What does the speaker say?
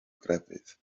grefydd